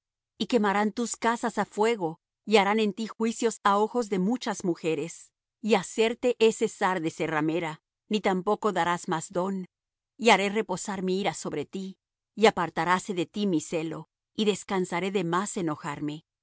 y quemarán tus casas á fuego y harán en ti juicios á ojos de muchas mujeres y hacerte he cesar de ser ramera ni tampoco darás más don y haré reposar mi ira sobre ti y apartaráse de ti mi celo y descansaré de más enojarme